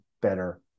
better